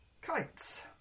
kites